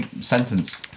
sentence